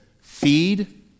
feed